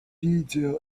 detail